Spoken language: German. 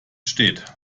steht